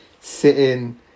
sitting